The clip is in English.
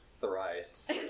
Thrice